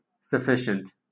sufficient